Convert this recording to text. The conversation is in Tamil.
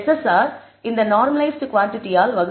SSR இந்த நார்மலைஸ்ட் குவாண்டிடி ஆல் வகுக்கப்படும்